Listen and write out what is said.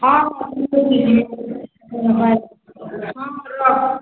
ହଁ ହଁ ମୁଁ ଯିବି ହଁ ରଖ୍